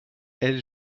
elle